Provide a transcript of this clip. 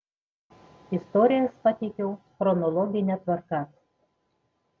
istorijas pateikiau chronologine tvarka